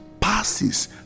passes